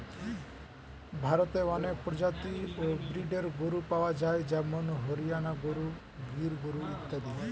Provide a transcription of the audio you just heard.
ভারতে অনেক প্রজাতি ও ব্রীডের গরু পাওয়া যায় যেমন হরিয়ানা গরু, গির গরু ইত্যাদি